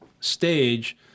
stage